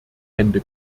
hände